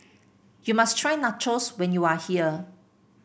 you must try Nachos when you are here